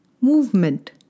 movement